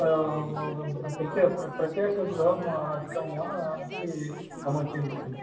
प्र प्रत्येकगृहम् अधिकं वा इति मम चिन्तनम्